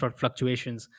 fluctuations